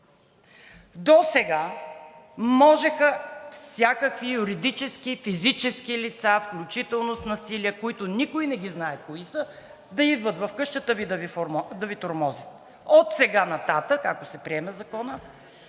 досега можеха всякакви юридически и физически лица, включително с насилие, които никой не ги знае кои са, да идват в къщата Ви да Ви тормозят. Отсега нататък, ако се приеме Законът,